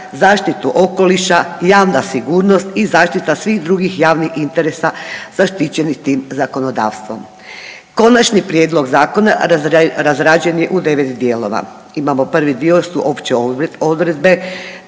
zaštitu okoliša, javna sigurnost i zaštita svih drugih javnih interesa zaštićenih tim zakonodavstvom. Konačni prijedlog zakona razrađen je u 9 dijelova. Imamo prvi dio su opće odredbe,